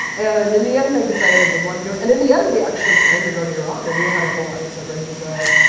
and in the end, and i decided i did want to do it. and in the end, we actually planned to go to iran, and we had a whole episode ready to go.